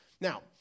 Now